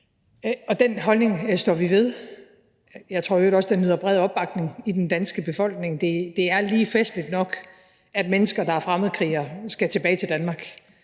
og den holdning står vi ved. Jeg tror i øvrigt også, den nyder bred opbakning i den danske befolkning. Det er lige festligt nok, at mennesker, der er fremmedkrigere, skal tilbage til Danmark.